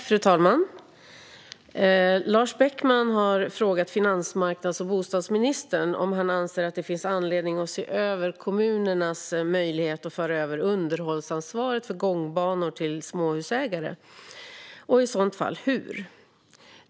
Fru talman! har frågat finansmarknads och bostadsministern om han anser att det finns anledning att se över kommunernas möjlighet att föra över underhållsansvaret för gångbanor till småhusägare, och i så fall hur.